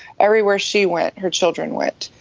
everywhere she went, her children went.